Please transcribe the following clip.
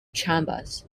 chambers